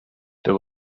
there